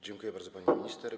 Dziękuję bardzo, pani minister.